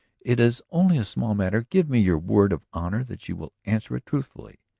it is only a small matter. give me your word of honor that you will answer it truthfully.